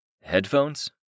Headphones